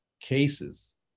cases